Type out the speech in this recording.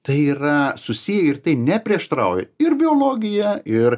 tai yra susiję ir tai neprieštarauja ir biologija ir